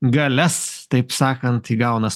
galias taip sakant įgauna